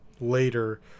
later